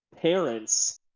parents